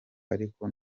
ariko